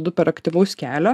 du per aktyvaus kelio